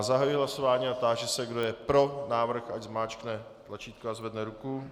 Zahajuji hlasování a táži se, kdo je pro návrh, ať zmáčkne tlačítko a zvedne ruku.